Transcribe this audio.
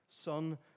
son